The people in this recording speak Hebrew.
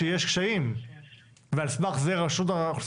אמרתם שיש קשיים ועל סמך זה רשות האוכלוסין